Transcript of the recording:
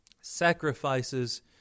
Sacrifices